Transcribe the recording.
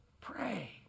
Pray